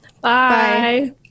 Bye